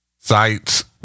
sites